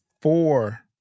four